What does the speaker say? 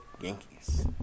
Yankees